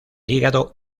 hígado